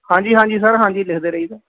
ਹਾਂਜੀ ਹਾਂਜੀ ਸਰ ਹਾਂਜੀ ਲਿਖਦੇ ਰਹੀਦਾ